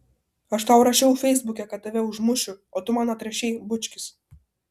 aš tau rašiau feisbuke kad tave užmušiu o tu man atrašei bučkis